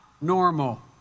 normal